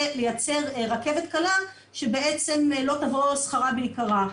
לייצר רכבת קלה שבעצם לא תבוא שכרה בעיקרה,